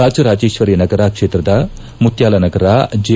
ರಾಜರಾಜೇಶ್ವಂನಗರ ಕ್ಷೇತ್ರದ ಮುತ್ನಾಲನಗರ ಜೆ